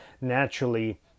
naturally